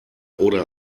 oder